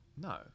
No